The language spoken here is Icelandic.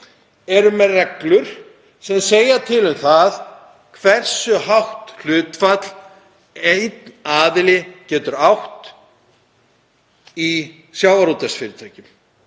t.d. með reglur sem segja til um það hversu hátt hlutfall einn aðili getur átt í sjávarútvegsfyrirtækjum